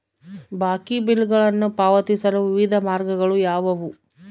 ಬಾಕಿ ಬಿಲ್ಗಳನ್ನು ಪಾವತಿಸಲು ವಿವಿಧ ಮಾರ್ಗಗಳು ಯಾವುವು?